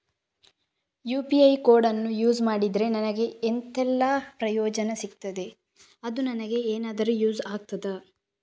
UPI ಕೋಡನ್ನು use ಮಾಡಿದ್ರೆ ನನಗೆ ಎಂಥೆಲ್ಲಾ ಪ್ರಯೋಜನ ಸಿಗ್ತದೆ, ಅದು ನನಗೆ ಎನಾದರೂ ಯೂಸ್ ಆಗ್ತದಾ?